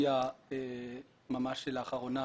הגיע ממש לאחרונה